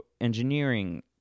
engineering